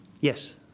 yes